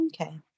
Okay